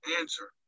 answer